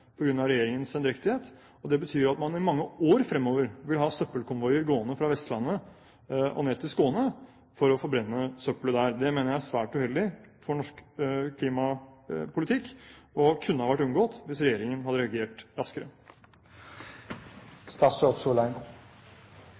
av regjeringens sendrektighet. Det betyr at man i mange år fremover vil ha søppelkonvoier gående fra Vestlandet og ned til Skåne for å forbrenne søppelet der. Det mener jeg er svært uheldig for norsk klimapolitikk og kunne ha vært unngått hvis regjeringen hadde reagert